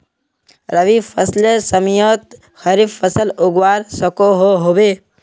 रवि फसलेर समयेत खरीफ फसल उगवार सकोहो होबे?